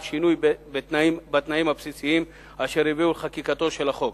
שינוי בתנאים הבסיסיים אשר הביאו לחקיקתו של החוק,